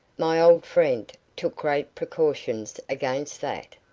my old friend took great precautions against that,